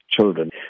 children